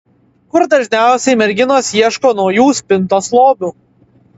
kur dažniausiai merginos ieško naujų spintos lobių